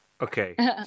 Okay